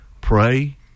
pray